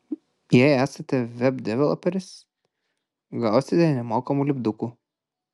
jei esate web developeris gausite nemokamų lipdukų